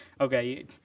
okay